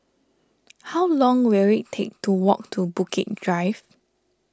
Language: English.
how long will it take to walk to Bukit Drive